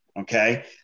okay